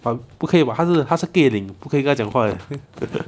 but 不可以 but 他是不可以跟他讲话的